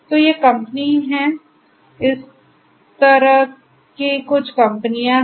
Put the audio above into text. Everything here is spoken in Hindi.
तो ये कंपनी हैं यह इस तरह की कुछ कंपनियां हैं